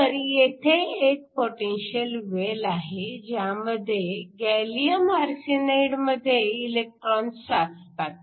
तर येथे एक पोटेन्शिअल वेल आहे ज्यामध्ये गॅलीअम आरसेनाईडमध्ये इलेक्ट्रॉन साचतात